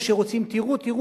תודה.